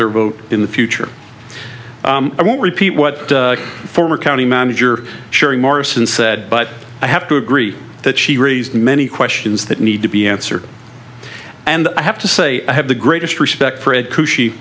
their vote in the future i won't repeat what former county manager sharing morrison said but i have to agree that she raised many questions that need to be answered and i have to say i have the greatest respect for